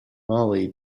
mollie